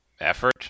effort